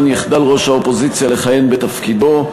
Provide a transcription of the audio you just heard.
יחדל ראש האופוזיציה לכהן בתפקידו,